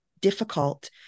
difficult